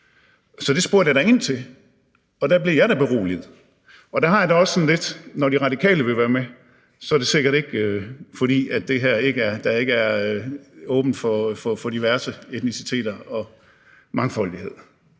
Så det spurgte jeg da ind til, og der blev jeg da beroliget, og der har jeg det også sådan lidt, at når De Radikale vil være med, så er det sikkert ikke, fordi det her ikke er åbent for diverse etniciteter og mangfoldighed.